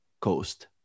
coast